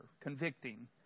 convicting